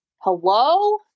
Hello